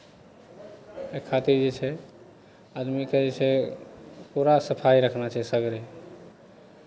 एहि खातिर जे छै आदमीकेँ जे छै पूरा सफाइ रखना चाही सगरे